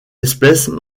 espèce